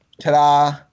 Ta-da